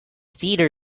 theater